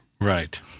Right